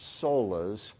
solas